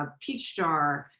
ah peachjar,